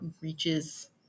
reaches